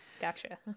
gotcha